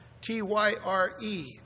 T-Y-R-E